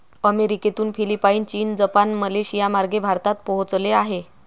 अमेरिकेतून फिलिपाईन, चीन, जपान, मलेशियामार्गे भारतात पोहोचले आहे